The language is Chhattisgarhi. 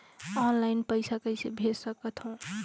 ऑनलाइन पइसा कइसे भेज सकत हो?